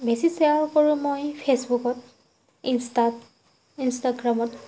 বেছি শ্বেয়াৰ কৰোঁ মই ফেচবুকত ইনষ্টাত ইনষ্টাগ্ৰামত